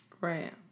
Right